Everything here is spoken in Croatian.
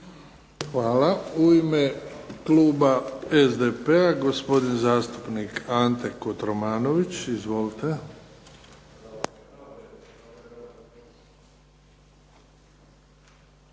Hvala. U ime kluba SDP-a gospodin zastupnik Ante Kotromanović. Izvolite.